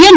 N